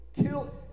Kill